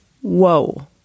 Whoa